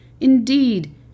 Indeed